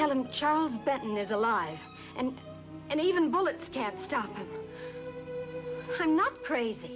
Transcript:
him charles betten is alive and and even bullets can't stop i'm not crazy